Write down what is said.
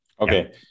Okay